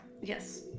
Yes